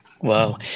Wow